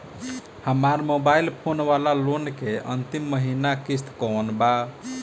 हमार mobile phone वाला loan के अंतिम महिना किश्त कौन बा?